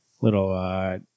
little